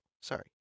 sorry